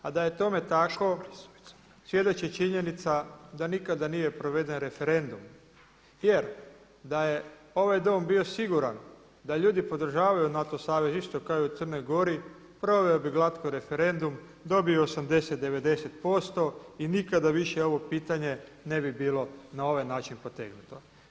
A da je tome tako svjedoči činjenica da nikada nije proveden referendum, jer da je ovaj Dom bio siguran da ljudi podržavaju NATO savez isto kao i u Crnoj Gori proveo bi glatko referendum, dobio 80, 90% i nikada više ovo pitanje ne bi bilo na ovaj način potegnuto.